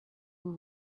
vous